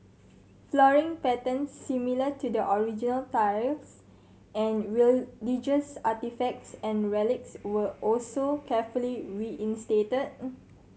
flooring patterns similar to the original tiles and religious artefacts and relics were also carefully reinstated